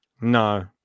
No